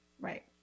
Right